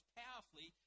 powerfully